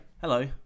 hello